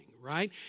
right